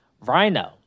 Rhino